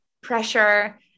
pressure